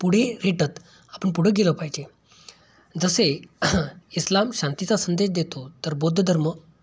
पुढे रेटत आपण पुढं गेलो पाहिजे जसे इस्लाम शांतीचा संदेश देतो तर बौद्ध धर्म